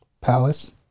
Palace